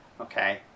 Okay